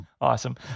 Awesome